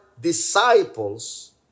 disciples